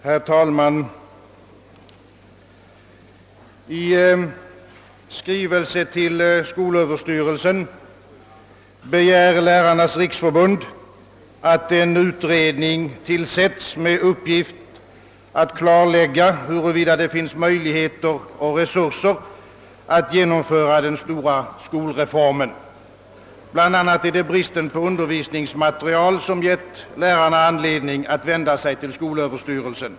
Herr talman! I skrivelse till skolöverstyrelsen begär Lärarnas riksförbund, att en utredning tillsätts med uppgift att klarlägga, huruvida det finns möjligheter och resurser att genomföra den stora skolreformen. Det är bl.a. bristen på undervisningsmateriel som gett lärarna anledning att vända sig till skolöverstyrelsen.